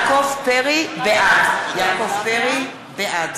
פריג' בעד